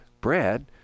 Brad